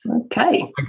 Okay